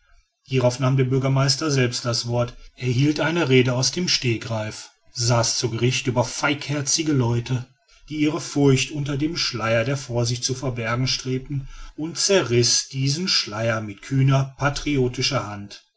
hierauf nahm der bürgermeister selbst das wort er hielt eine rede aus dem stegreif saß zu gericht über feigherzige leute die ihre furcht unter dem schleier der vorsicht zu verbergen strebten und zerriß diesen schleier mit kühner patriotischer hand